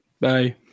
bye